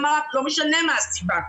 א משנה מה הסיבה.